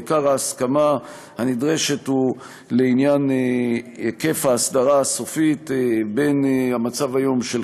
עיקר ההסכמה הנדרשת הוא לעניין היקף ההסדרה הסופית בין המצב היום,